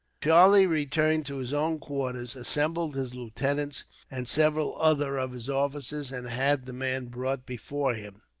charlie returned to his own quarters, assembled his lieutenants and several other of his officers, and had the man brought before him.